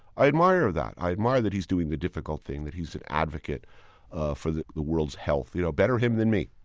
i admire that. i admire that he's doing the difficult thing, that he's an advocate for the the world's health. you know better him than me.